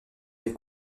des